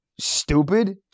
stupid